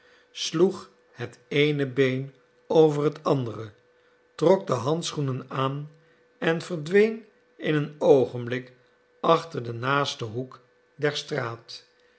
sloeg het eene been over het andere trok de handschoenen aan en verdween in een oogenblik achter den naasten hoek der straat